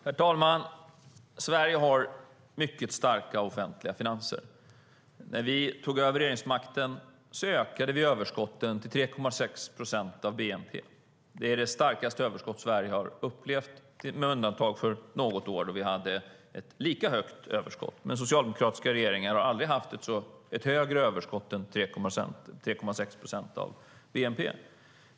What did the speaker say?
Herr talman! Sverige har mycket starka offentliga finanser. När vi tog över regeringsmakten ökade vi överskottet till 3,6 procent av bnp. Det är det starkaste överskott Sverige har upplevt, med undantag för något år då vi hade ett lika högt överskott. Men socialdemokratiska regeringar har aldrig haft ett högre överskott än 3,6 procent av bnp.